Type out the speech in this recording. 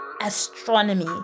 astronomy